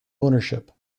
ownership